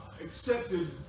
accepted